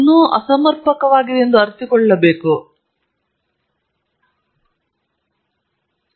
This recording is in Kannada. ಆದರೆ 99 ಪ್ರತಿಶತ ಪ್ರಕರಣಗಳು ಪ್ರಾಯೋಗಿಕವಾದವನ್ನು ಬಳಸಿಕೊಂಡು ಅಂತಿಮ ವಿನ್ಯಾಸವನ್ನು ದಾಟಬೇಕಿದೆ